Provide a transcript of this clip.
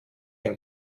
ein